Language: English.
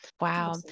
Wow